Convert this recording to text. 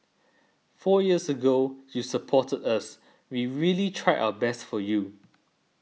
four years ago you supported us we really tried our best for you